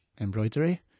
Embroidery